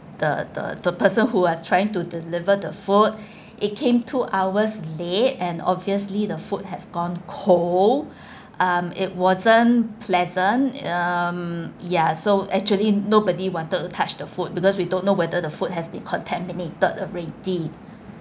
the the the person who was trying to deliver the food it came two hours late and obviously the food has gone cold um it wasn't pleasant um ya so actually nobody wanted to touch the food because we don't know whether the food has been contaminated already